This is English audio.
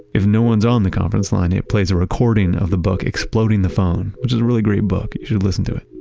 if no one's on the conference line, it plays a recording of the book, exploding the phone, which is a really great book. you should listen to it.